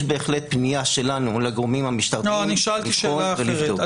יש בהחלט פנייה שלנו לגורמים המשטרתיים לבחון ולבדוק.